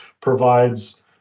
provides